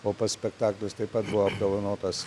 o pats spektaklis taip pat buvo apdovanotas